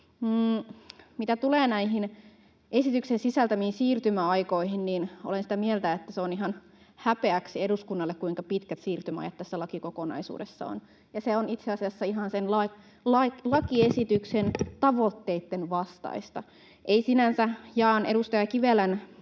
Mitä tulee näihin esityksen sisältämiin siirtymäaikoihin, niin olen sitä mieltä, että se on ihan häpeäksi eduskunnalle, kuinka pitkät siirtymäajat tässä lakikokonaisuudessa on, ja se on itse asiassa ihan sen lakiesityksen tavoitteitten vastaista. Ei sinänsä, jaan edustaja Kivelän